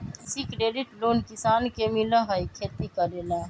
कृषि credit loan किसान के मिलहई खेती करेला?